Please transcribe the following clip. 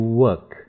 work